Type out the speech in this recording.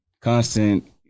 constant